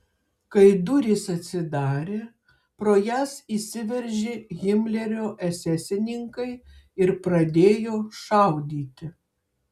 kai durys atsidarė pro jas įsiveržė himlerio esesininkai ir pradėjo šaudyti